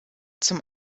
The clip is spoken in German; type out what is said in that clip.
zum